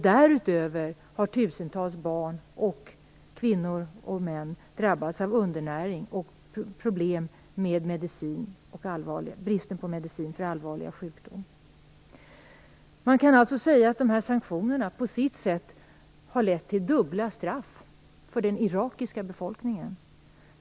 Därutöver har tusentals barn, kvinnor och män drabbats av undernäring och problem på grund av brist på medicin och allvarliga sjukdomar. Man kan alltså säga att sanktionerna på sitt sätt har lett till dubbla straff för den irakiska befolkningen.